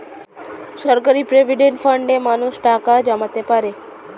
সরকারি প্রভিডেন্ট ফান্ডে মানুষ টাকা জমাতে পারে